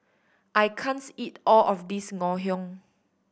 I can't eat all of this Ngoh Hiang